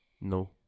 No